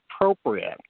appropriate